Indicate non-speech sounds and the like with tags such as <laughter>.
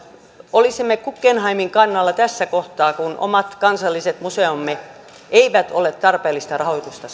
olisimme guggenheimin kannalla tässä kohtaa kun omat kansalliset museomme eivät ole tarpeellista rahoitusta <unintelligible>